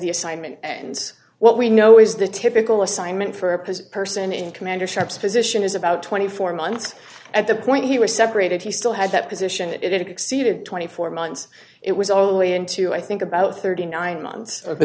the assignment ends what we know is the typical assignment for a because person in commander shops position is about twenty four months at the point he was separated he still had that position it exceeded twenty four months it was all the way into i think about thirty nine months o